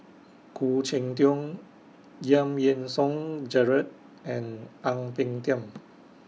Khoo Cheng Tiong Giam Yean Song Gerald and Ang Peng Tiam